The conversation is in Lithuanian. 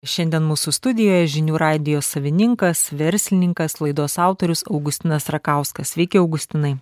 šiandien mūsų studijoj žinių radijo savininkas verslininkas laidos autorius augustinas rakauskas sveiki augustinai